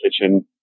kitchen